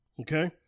Okay